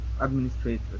administrators